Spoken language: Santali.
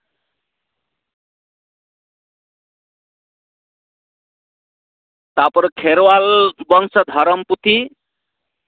ᱛᱟᱯᱚᱨᱮ ᱠᱷᱮᱨᱣᱟᱞ ᱵᱚᱝᱥᱚ ᱫᱷᱚᱨᱚᱢ ᱯᱩᱛᱷᱤ